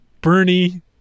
Bernie